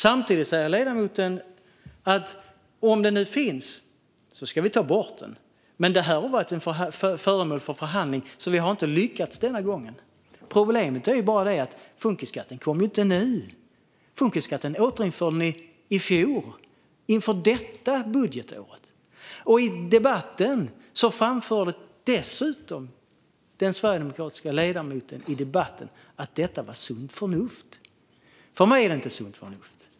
Samtidigt säger ledamoten att om den nu finns ska man ta bort den. Han säger att detta har varit föremål för förhandling men att man inte har lyckats denna gång. Problemet är bara att funkisskatten inte kom nu. Ni återinförde funkisskatten i fjor inför detta budgetår. I debatten framförde den sverigedemokratiska ledamoten dessutom att detta var sunt förnuft. För mig är det inte sunt förnuft.